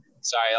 sorry